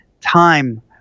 time